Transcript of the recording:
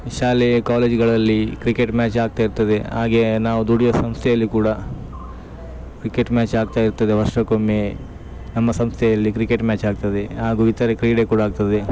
ಶಾಲೆ ಕಾಲೇಜುಗಳಲ್ಲಿ cricket match ಆಗ್ತಾ ಇರ್ತದೆ ಹಾಗೇ ನಾವು ದುಡಿಯುವ ಸಂಸ್ಥೆಯಲ್ಲಿ ಕೂಡ ಕ್ರಿಕೆಟ್ ಮ್ಯಾಚ್ ಆಗ್ತಾ ಇರ್ತದೆ ವರ್ಷಕೊಮ್ಮೆ ನಮ್ಮ ಸಂಸ್ಥೆಯಲ್ಲಿ ಕ್ರಿಕೆಟ್ ಮ್ಯಾಚ್ ಆಗ್ತದೆ ಆಗು ಇತರೆ ಕ್ರೀಡೆ ಕೂಡ ಆಗ್ತದೆ